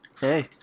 Hey